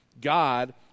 God